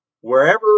Wherever